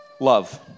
Love